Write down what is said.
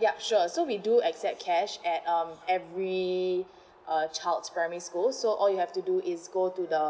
yup sure so we do accept cash at um every uh child's primary school so all you have to do is go to the